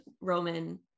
Roman